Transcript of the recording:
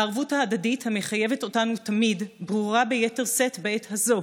הערבות ההדדית המחייבת אותנו תמיד ברורה ביתר שאת בעת הזאת,